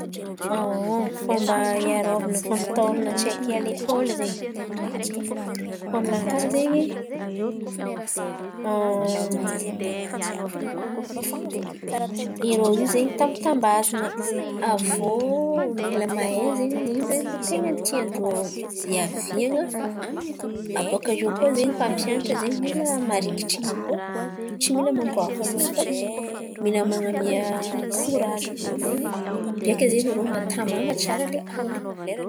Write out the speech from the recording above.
Fomba iarovana fampitahôran̈a tsaiky a lekôly zen̈y, koa aminakà zen̈y, irô io zen̈y tambitambazan̈a aviô mila mahay zen̈y ino raha ten̈a ny tian-drô iavian̈a. Abôkaiô koa zen̈y mpampianatra zen̈y mila marikitry irô tsy mila mampavozo fa mila man̈amia korazy irô zen̈y beka zen̈y irô mba taman̈a tsara a lekôly.